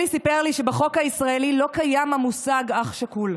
אלי סיפר לי שבחוק הישראלי לא קיים המושג "אח שכול".